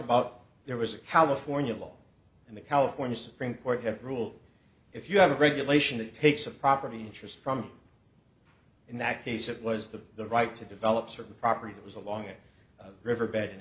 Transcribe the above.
about there was a california law and the california supreme court has ruled if you have a regulation it takes a property interest from in that case it was the the right to develop certain property that was a long riverbed in